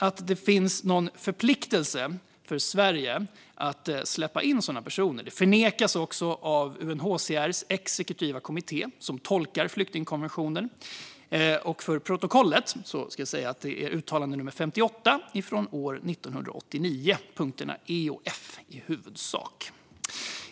Att det finns någon förpliktelse för Sverige att släppa in sådana personer förnekas också av UNHCR:s exekutiva kommitté, som tolkar flyktingkonventionen. För protokollet ska jag säga att det är nummer 58 från 1989, punkterna e och f i huvudsak.